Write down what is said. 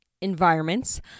environments